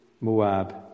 Moab